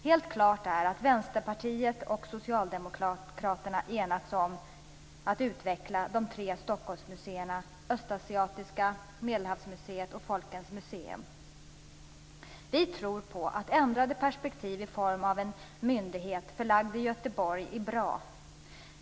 Helt klart är att Vänsterpartiet och Socialdemokraterna enats om att utveckla de tre Stockholmsmuseerna Östasiatiska museet, Medelhavsmuseet och Folkens museum. Vi tror att ändrade perspektiv i form av en myndighet förlagd i Göteborg är bra.